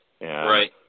Right